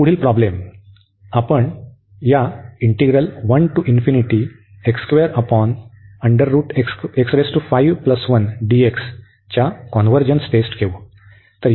तर पुढील प्रॉब्लेम आपण या इंटीग्रल च्या कॉन्व्हर्जन्स टेस्ट घेऊ